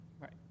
Right